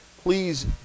Please